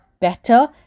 better